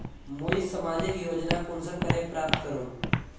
मुई सामाजिक योजना कुंसम करे प्राप्त करूम?